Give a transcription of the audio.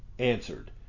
answered